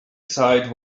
site